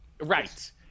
Right